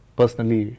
personally